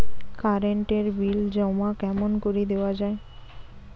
Current এর bill জমা কেমন করি দেওয়া যায়?